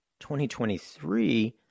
2023